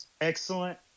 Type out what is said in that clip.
excellent